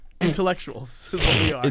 Intellectuals